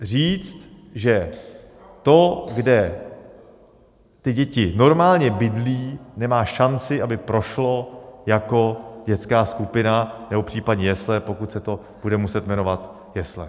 Říct, že to, kde ty děti normálně bydlí, nemá šanci, aby prošlo jako dětská skupina nebo případně jesle, pokud se to bude muset jmenovat jesle.